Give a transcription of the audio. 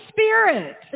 Spirit